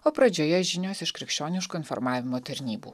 o pradžioje žinios iš krikščioniško informavimo tarnybų